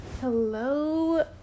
hello